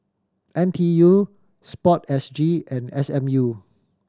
N T U Sport S G and S M U